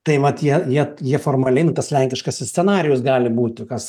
tai mat jie jiejie formaliai nu tas lenkiškasis scenarijus gali būti kas